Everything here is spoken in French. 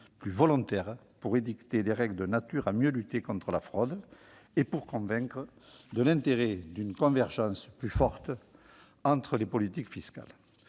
plus volontaire pour édicter des règles de nature à mieux lutter contre la fraude et pour convaincre de l'intérêt d'une convergence plus forte entre les politiques fiscales.